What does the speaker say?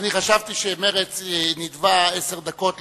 אני חשבתי שמרצ נידבה עשר דקות לחד"ש,